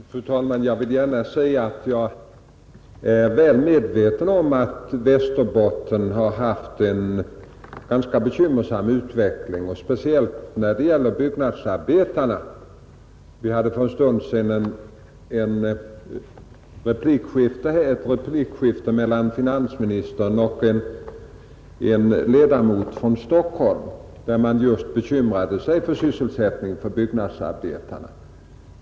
Fru talman! Jag vill gärna säga att jag är väl medveten om att Västerbotten haft en ganska bekymmersam utveckling, speciellt när det gäller byggnadsarbetarna. Vi hade för en stund sedan ett replikskifte mellan finansmininstern och en ledamot från Stockholm, där man bekymrade sig för sysselsättningen för byggnadsarbetarna.